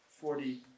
Forty